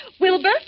Wilbur